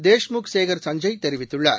தேஷ்முக் சேகர் சஞ்சய் தெரிவித்துள்ளார்